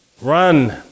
run